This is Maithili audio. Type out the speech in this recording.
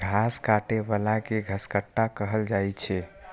घास काटै बला कें घसकट्टा कहल जाइ छै